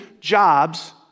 jobs